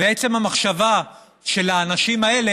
ועצם המחשבה שלאנשים האלה,